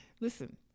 Listen